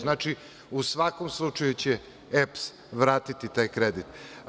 Znači, u svakom slučaju će EPS vratiti taj kredit.